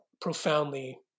profoundly